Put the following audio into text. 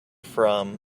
from